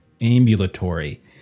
ambulatory